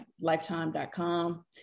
lifetime.com